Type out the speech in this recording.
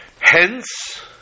hence